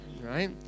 right